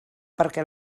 perquè